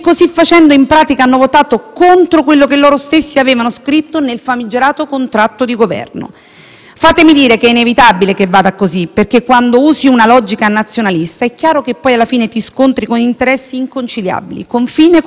Fatemi dire che è inevitabile che vada così, perché quando usi una logica nazionalista è chiaro che, poi, alla fine, ti scontri con interessi inconciliabili, confine contro confine, e anziché suonarle agli altri - come dice di fare il nostro Governo - finisci per essere suonato tu.